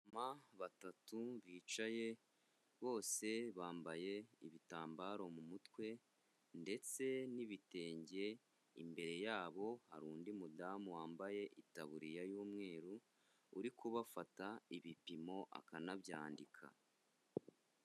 Abamama batatu bicaye bose bambaye ibitambaro mu mutwe ndetse n'ibitenge, imbere yabo hari undi mudamu wambaye itaburiya y'umweru uri kubafata ibipimo akanabyandika.